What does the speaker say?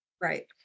Right